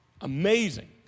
Amazing